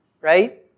right